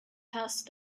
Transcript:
past